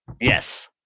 Yes